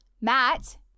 Matt